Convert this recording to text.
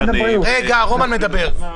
זה לא סותר.